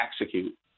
execute